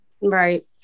Right